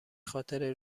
خاطر